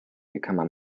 become